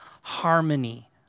harmony